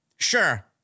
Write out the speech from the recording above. Sure